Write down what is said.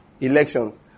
elections